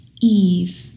Eve